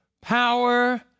power